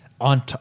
on